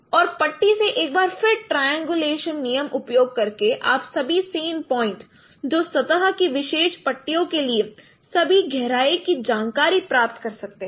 और पट्टी से एक बार फिर ट्रायंगुलेशन नियम उपयोग करके आप सभी सीन पॉइंट जो सतह की विशेष पट्टियों के लिए सभी गहराई की जानकारी प्राप्त कर सकते है